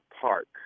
park